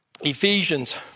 Ephesians